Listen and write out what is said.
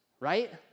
right